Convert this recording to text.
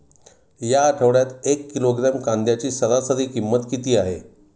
या आठवड्यात एक किलोग्रॅम कांद्याची सरासरी किंमत किती आहे?